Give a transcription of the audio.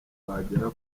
wagera